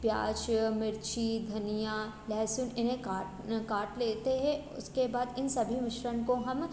प्याज़ मिर्ची धनिया लेहसुन इन्हें काट काट लेते हैं उसके बाद इन सभी मिश्रण को हम